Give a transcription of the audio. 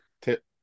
tip